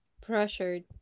pressured